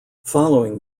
following